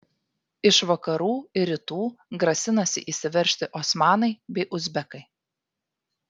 iš vakarų ir rytų grasinasi įsiveržti osmanai bei uzbekai